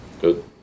Good